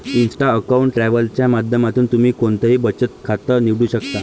Insta account travel च्या माध्यमातून तुम्ही कोणतंही बचत खातं निवडू शकता